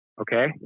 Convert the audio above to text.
Okay